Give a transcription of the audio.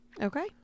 Okay